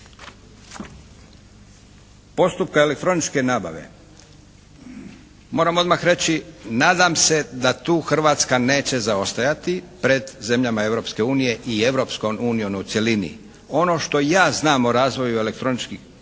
postupka elektroničke nabave moram odmah reći nadam se da tu Hrvatska neće zaostajati pred zemljama Europske unije i Europskom unijom u cjelini. Ono što ja znam o razvoju elektroničkih